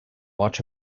watch